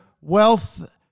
wealth